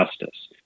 justice